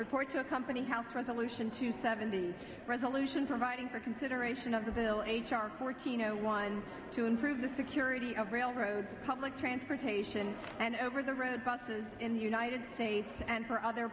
report to accompany house resolution two seven the resolution providing for consideration of the bill h r fourteen zero one to improve the security of railroad public transportation and over the red buses in the united states and for other